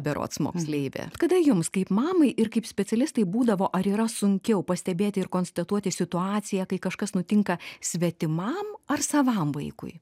berods moksleivė kada jums kaip mamai ir kaip specialistei būdavo ar yra sunkiau pastebėti ir konstatuoti situaciją kai kažkas nutinka svetimam ar savam vaikui